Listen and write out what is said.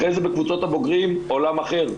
אחרי זה בקבוצות הבוגרים, עולם אחר.